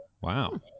Wow